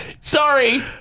Sorry